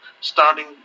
starting